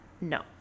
No